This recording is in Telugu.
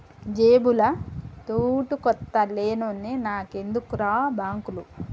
జేబుల తూటుకొత్త లేనోన్ని నాకెందుకుర్రా బాంకులు